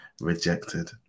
rejected